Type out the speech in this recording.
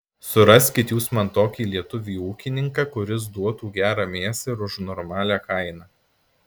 suraskit jūs man tokį lietuvį ūkininką kuris duotų gerą mėsą ir už normalią kainą